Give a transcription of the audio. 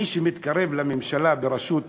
מי שמתקרב לממשלה בראשות